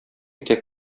үтә